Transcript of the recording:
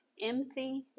Empty